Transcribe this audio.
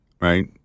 right